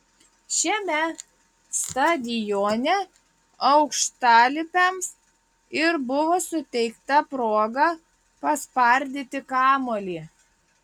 šiame stadione aukštalipiams ir buvo suteikta proga paspardyti kamuolį